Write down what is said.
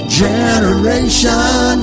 generation